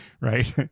right